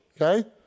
Okay